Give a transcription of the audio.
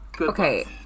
Okay